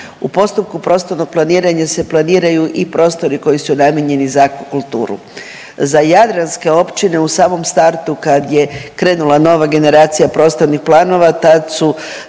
U postupku prostornog planiranja se planiraju i prostori koji su namijenjeni za akvakulturu. Za jadranske općine u samom startu kad je krenula nova generacija prostornih planova tad su